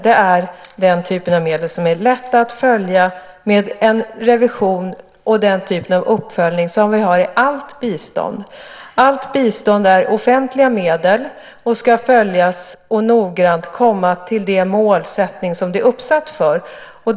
Det är den typen av medel som är lätt att följa med en revision och den typen av uppföljning som vi gör i allt bistånd. Allt bistånd är offentliga medel och ska följas noggrant. Det ska komma till den målsättning som är uppsatt.